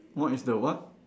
what is the what